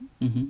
mmhmm